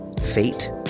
fate